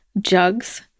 jugs